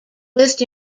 list